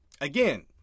again